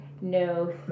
No